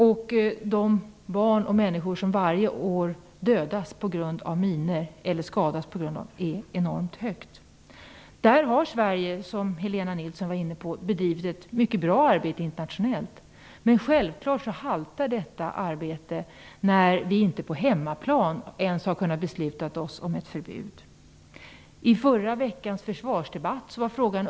Antalet barn och vuxna som varje år dödas eller skadas på grund av minor är enormt stort. Sverige har, som Helena Nilsson var inne på, bedrivit ett mycket bra arbete internationellt. Men självfallet haltar detta arbete när vi inte ens på hemmaplan har kunnat besluta oss om ett förbud. Frågan var uppe i förra veckans försvarsbeslut.